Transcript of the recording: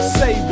say